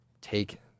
take